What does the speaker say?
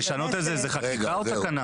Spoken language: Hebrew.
לשנות את זה זה חקיקה או תקנה?